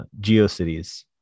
GeoCities